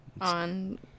On